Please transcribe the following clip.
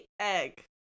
egg